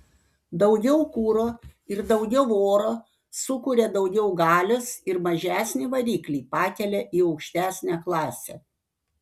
daugiau kuro ir daugiau oro sukuria daugiau galios ir mažesnį variklį pakelia į aukštesnę klasę